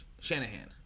Shanahan